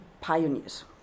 pioneers